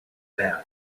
bad